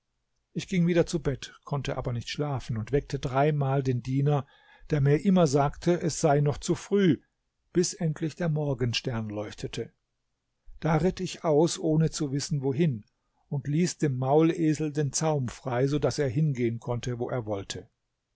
ich ging wieder zu bett konnte aber nicht schlafen und weckte dreimal den diener der mir immer sagte es sei noch zu früh bis endlich der morgenstern leuchtete da ritt ich aus ohne zu wissen wohin und ließ dem maulesel den zaum frei so daß er hingehen konnte wo er wollte